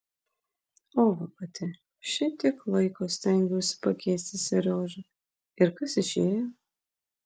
o va pati šitiek laiko stengiausi pakeisti seriožą ir kas išėjo